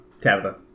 Tabitha